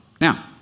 Now